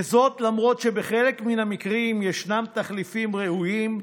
וזאת למרות שבחלק מן המקרים ישנם תחליפים ראויים.